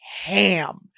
ham